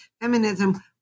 feminism